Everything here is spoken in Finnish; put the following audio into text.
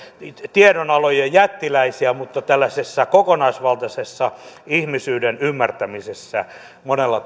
tiedonalojen jättiläisiä mutta kokonaisvaltaisessa ihmisyyden ymmärtämisessä monella